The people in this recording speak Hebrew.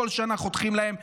כל שנה חותכים להם.